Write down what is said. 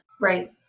right